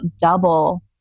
double